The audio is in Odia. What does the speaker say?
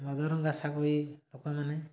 କୁଇ ଲୋକମାନେ